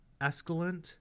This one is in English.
Escalant